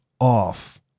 off